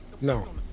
No